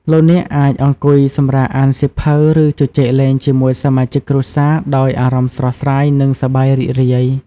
លោកអ្នកអាចអង្គុយសម្រាកអានសៀវភៅឬជជែកលេងជាមួយសមាជិកគ្រួសារដោយអារម្មណ៍ស្រស់ស្រាយនិងសប្បាយរីករាយ។